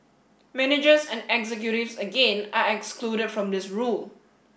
managers and executives again are excluded from this rule